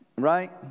Right